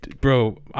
bro